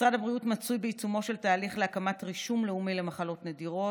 משרד הבריאות מצוי בעיצומו של תהליך להקמת רישום לאומי למחלות נדירות,